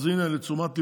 אז הינה, לתשומת ליבך.